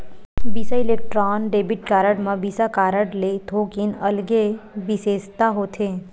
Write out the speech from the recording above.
बिसा electron debit card म Visa card ले थोकिन अलगे बिसेसता होथे